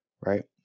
right